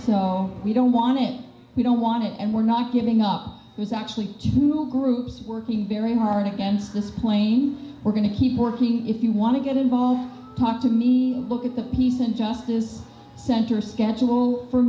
no we don't want it we don't want it and we're not giving up there's actually groups working very hard against this plane we're going to keep working if you want to get involved talk to me look at the peace and justice center schedule for